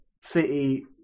City